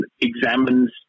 examines